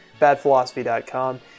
badphilosophy.com